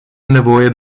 nevoie